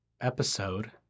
episode